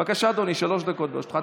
בבקשה, אדוני, שלוש דקות לרשותך.